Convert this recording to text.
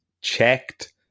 checked